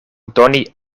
doni